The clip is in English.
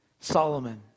Solomon